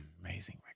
Amazing